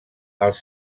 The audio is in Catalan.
als